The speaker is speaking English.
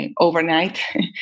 overnight